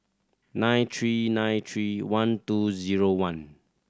nine three nine three one two zero one